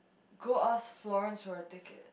go ask Florence for a ticket